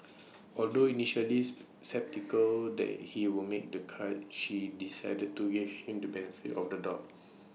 although initially sceptical that he would make the cut she decided to give him the benefit of the doubt